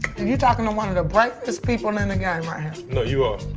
you talkin' to one of the bravest people in the game right here. no, you are.